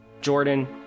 Jordan